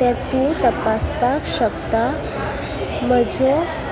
तें तूं तपासपाक शकता म्हजें